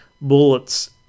bullet's